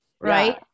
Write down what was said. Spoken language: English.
right